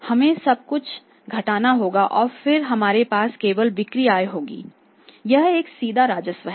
हमें सब कुछ घटाना होगा और फिर हमारे पास केवल बिक्री आय होगी यह एक सीधा राजस्व है